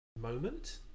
moment